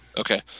Okay